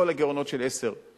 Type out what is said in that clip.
כל הגירעונות של 2010 שולמו,